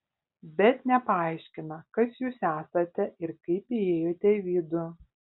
bet nepaaiškina kas jūs esate ir kaip įėjote į vidų